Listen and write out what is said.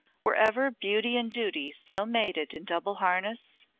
were ever beauty and duty so mated in double harness?